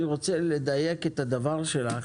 אני רוצה לדייק את הדבר הזה.